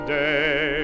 day